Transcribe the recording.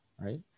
Right